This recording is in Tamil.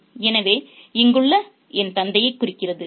' எனவே இங்குள்ள 'என் தந்தையை குறிக்கிறது